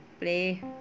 play